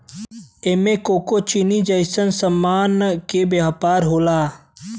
एमे कोको चीनी जइसन सामान के व्यापार होला